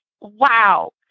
wow